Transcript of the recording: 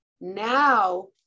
Now